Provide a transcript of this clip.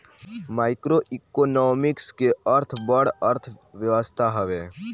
macroeconomics के अर्थ बड़ अर्थव्यवस्था हवे